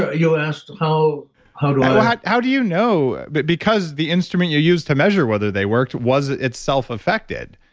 ah you had asked, how how do i. how do you know but because the instrument you used to measure whether they worked was itself affected?